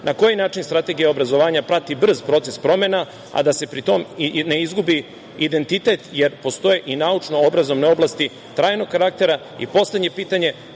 Na koji način Strategija obrazovanja prati brz proces promena, a da se pri tome ne izgubi identitet, jer postoje i naučno-obrazovne oblasti trajnog karaktera? Poslednje pitanje